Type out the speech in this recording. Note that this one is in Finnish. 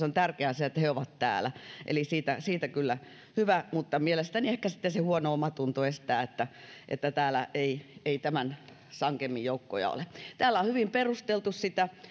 on tärkeä asia että he ovat täällä eli se on kyllä hyvä mutta mielestäni ehkä sitten se huono omatunto estää sen että täällä ei ei tämän sankemmin joukkoja ole täällä on hyvin perusteltu sitä